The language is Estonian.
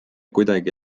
kuidagi